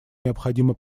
необходимо